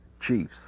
Chiefs